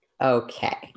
Okay